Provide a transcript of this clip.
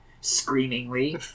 screamingly